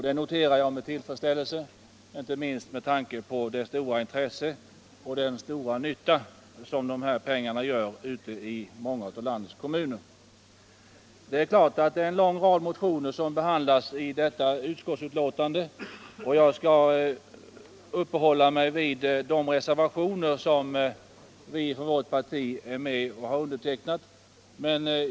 Det noterar jag med tillfredsställelse, inte minst med tanke på de möjligheter dessa pengar ger ute i många av landets kommuner och den stora nyttan som de pengarna kan göra. Det är vidare några motioner som behandlas här och som är väckta av centerledamöter.